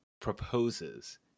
proposes